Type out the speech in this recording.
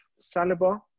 Saliba